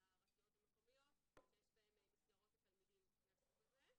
הרשויות המקומיות שיש בהן מסגרות לתלמידים מהסוג הזה.